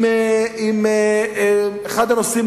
אחד הנושאים,